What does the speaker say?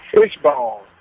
Fishbone